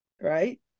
Right